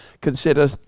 consider